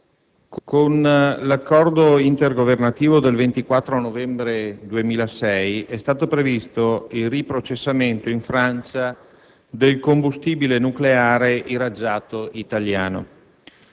Con l'accordo intergovernativo del 24 novembre 2006 è stato previsto il riprocessamento in Francia del combustibile nucleare irraggiato italiano.